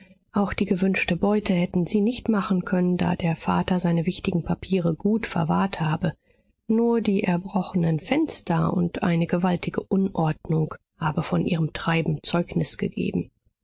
auch die gewünschte beute hätten sie nicht machen können da der vater seine wichtigen papiere gut verwahrt habe nur die erbrochenen fenster und eine gewaltige unordnung habe von ihrem treiben zeugnis gegeben